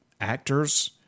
Actors